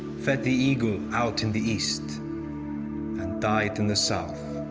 fed the eagle out in the east and died in the south,